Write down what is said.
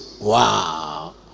Wow